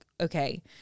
okay